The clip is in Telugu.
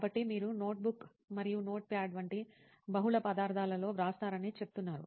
కాబట్టి మీరు నోట్బుక్ మరియు నోట్ప్యాడ్ వంటి బహుళ పదార్థాలలో వ్రాస్తారని చెప్తున్నారు